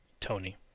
Tony